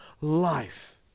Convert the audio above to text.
life